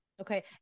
Okay